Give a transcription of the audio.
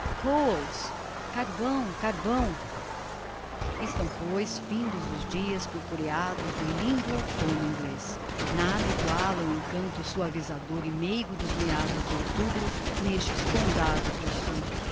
coals carvão carvão estão pois findos os dias purpureados do lindo outomno inglez nada iguala o encanto suavizador e meigo dos meados d'outubro nestes condados do sul